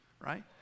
right